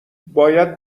باید